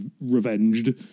revenged